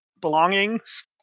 belongings